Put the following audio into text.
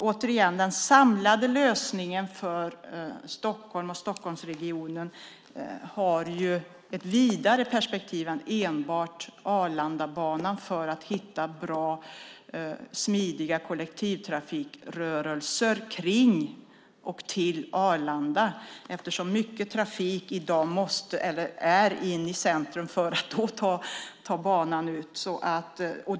Återigen: Den samlade lösningen för Stockholm och Stockholmsregionen har ett vidare perspektiv än enbart Arlandabanan just för att hitta bra och smidiga kollektivtrafikrörelser till och från Arlanda. Mycket trafik finns ju i dag i centrum och behöver ta sig ut på den banan.